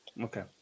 Okay